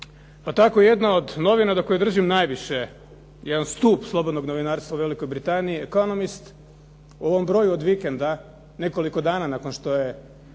pa tako jedne od novina do kojih držim najviše, jedan stup slobodnog novinarstva u Velikoj Britaniji "Economist" u ovom broju od vikenda nekoliko dana nakon što je